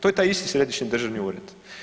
To je taj isti središnji državni ured.